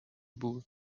بود